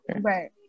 Right